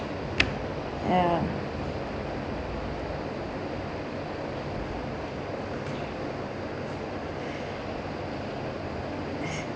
ya